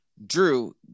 Drew